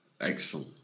Excellent